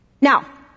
Now